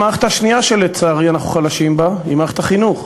המערכת השנייה שלצערי אנחנו חלשים בה היא מערכת החינוך,